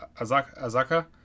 Azaka